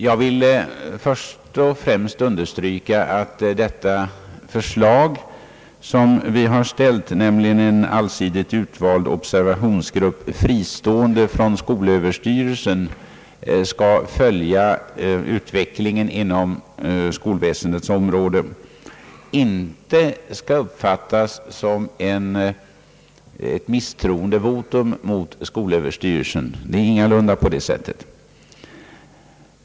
Jag vill först och främst understryka att det förslag som vi har framställt, nämligen om en allsidigt utvald observationsgrupp, fristående från skolöverstyrelsen, som skall följa utvecklingen inom skolväsendets område, inte får uppfattas som ett misstroendevotum mot skolöverstyrelsen — det är ingalunda på det sättet.